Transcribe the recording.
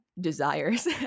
Desires